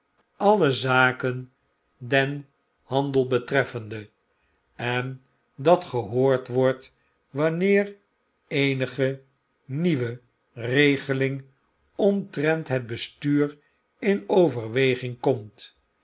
alle zaken den handel betreffende en dat gehoord wordt wanneer eenige nieuwe regeling omtrent dat bestuur in overweging komt